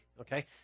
okay